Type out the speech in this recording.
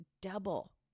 double